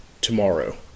tomorrow